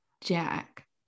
jack